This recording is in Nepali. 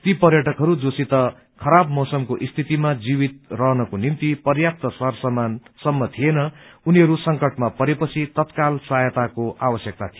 ती पर्यटकहरू जोसित खराब मौसमको स्थितिमा जीवित रहनेको निम्ति पर्याप्त सर समानसम्म थिएन उनीहरू संकटमा परेपछि तत्काल सहायताको आवश्यकता थियो